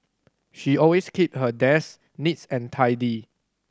she always keep her desk neat's and tidy